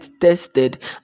tested